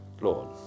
Lord